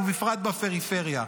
ובפרט בפריפריה,